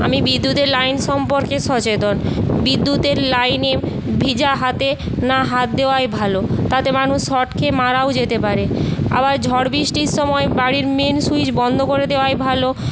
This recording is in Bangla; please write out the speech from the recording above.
আমি বিদ্যুতের লাইন সম্পর্কে সচেতন বিদ্যুতের লাইনে ভিজা হাতে না হাত দেওয়াই ভালো তাতে মানুষ শর্ট খেয়ে মারাও যেতে পারে আবার ঝড় বৃষ্টির সময় বাড়ির মেইন সুইচ বন্ধ করে দেওয়াই ভালো